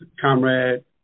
Comrade